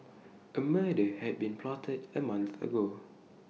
A murder had been plotted A month ago